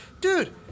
dude